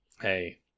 Hey